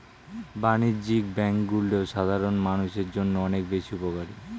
বাণিজ্যিক ব্যাংকগুলো সাধারণ মানুষের জন্য অনেক বেশি উপকারী